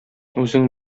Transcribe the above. үзең